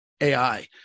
AI